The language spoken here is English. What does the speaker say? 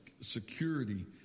security